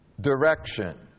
direction